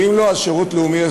ואם לא, אז שירות לאומי-אזרחי.